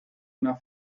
una